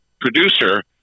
producer